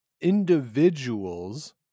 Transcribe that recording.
individuals